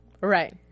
Right